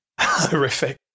Horrific